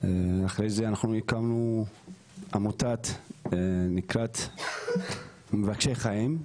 אחרי זה אנחנו הקמנו עמותת הנקראת "מבקשי חיים"